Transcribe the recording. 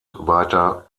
weiter